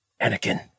Anakin